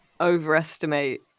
overestimate